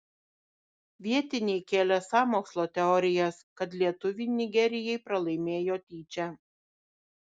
vietiniai kėlė sąmokslo teorijas kad lietuviai nigerijai pralaimėjo tyčia